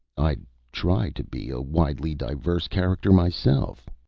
i try to be a widely diverse character myself.